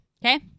Okay